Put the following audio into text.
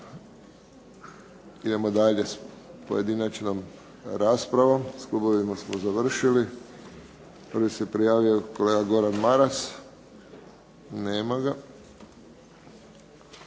Idemo dalje s pojedinačnom raspravom. S klubovima smo završili. Prvi se prijavio kolega Gordan Maras. Nema ga.